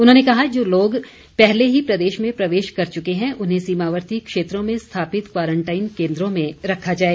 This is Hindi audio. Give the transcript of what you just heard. उन्होंने कहा कि जो लोग पहले ही प्रदेश में प्रवेश कर चुके हैं उन्हें सीमावर्ती क्षेत्रों में स्थापित क्वारंटाइन केन्द्रों में रखा जाए